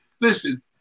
Listen